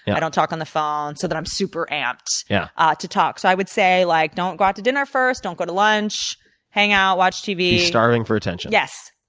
i don't talk on the phone so that i'm super amped yeah ah to talk. so i would say like don't go out to dinner first, don't go to lunch hang out, watch tv. be starving for attention. yes,